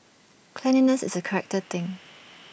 cleanliness is A character thing